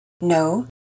No